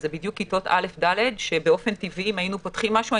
זה בדיוק כיתות א'-ד' שבאופן טבעי אם היינו פותחים משהו,